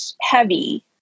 heavy